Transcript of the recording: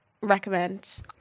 recommend